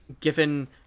Given